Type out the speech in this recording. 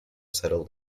settled